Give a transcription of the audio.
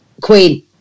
Queen